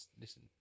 Listen